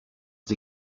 the